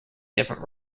different